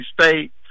state